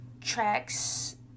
tracks